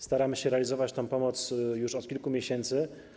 Staramy się realizować tę pomoc już od kilku miesięcy.